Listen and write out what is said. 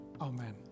Amen